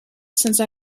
since